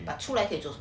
but 出来可以做什么